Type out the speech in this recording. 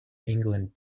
england